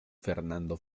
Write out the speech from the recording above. fernando